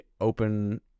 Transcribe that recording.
open